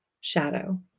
shadow